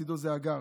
ולצידו הגר.